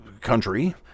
country